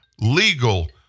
legal